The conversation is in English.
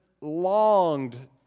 Longed